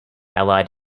allied